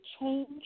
change